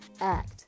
act